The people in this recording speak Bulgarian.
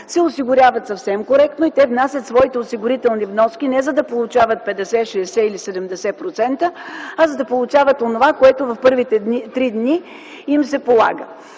се осигуряват съвсем коректно и внасят своите осигурителни вноски, не за да получават 50, 60 или 70%, а за да получават онова, което в първите три дни им се полага.